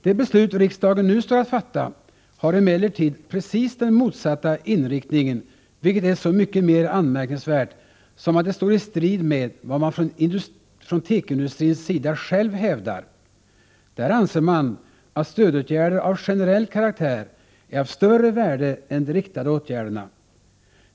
De beslut riksdagen nu står att fatta har emellertid precis den motsatta inriktningen, vilket är så mycket mer anmärkningsvärt som det står i strid med vad man från tekoindustrin själv hävdar. Där anser man att stödåtgärder av generell karaktär är av större värde än riktade åtgärder.